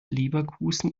leverkusen